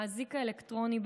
האזיק האלקטרוני,